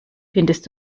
findest